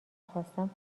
خواستم